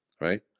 Right